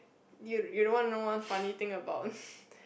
you you don't want know one funny thing about